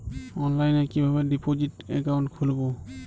অনলাইনে কিভাবে deposit account খুলবো?